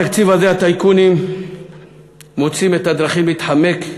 בתקציב הזה הטייקונים מוצאים את הדרכים להתחמק,